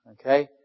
Okay